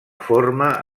forma